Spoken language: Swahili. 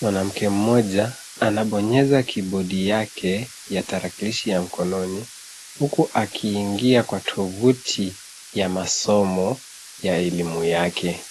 Mwanamke mmoja anabonyeza kibodi yake ya tarakilishi ya mkononi huku akiiingia kwa tovuti ya masomo ya elimu yake.